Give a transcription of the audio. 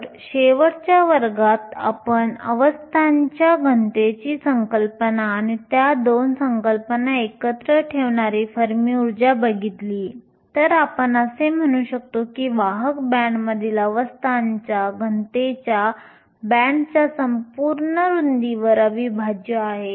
तर शेवटच्या वर्गात आपण अवस्थांचा घनतेची संकल्पना आणि त्या दोन संकल्पनांना एकत्र ठेवणारी फर्मी ऊर्जा बघितली तर आपण असे म्हणू शकतो की वाहक बँडमधील अवस्थांचा घनतेच्या बँडच्या संपूर्ण रुंदीवर अविभाज्य आहे